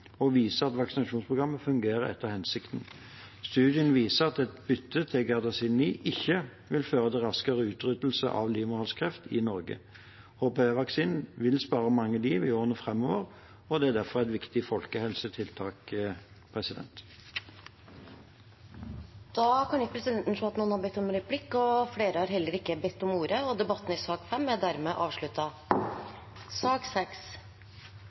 og viser at vaksinasjonsprogrammet fungerer etter hensikten. Studien viser at et bytte til Gardasil 9 ikke vil føre til raskere utryddelse av livmorhalskreft i Norge. HPV-vaksinen vil spare mange liv i årene framover og er derfor et viktig folkehelsetiltak. Ingen har bedt om replikk, og flere har heller ikke bedt om ordet til sak nr. 5. Etter ønske fra helse- og omsorgskomiteen vil presidenten ordne debatten